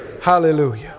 Hallelujah